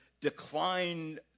decline